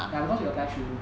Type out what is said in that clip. ya because we apply three room